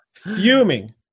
Fuming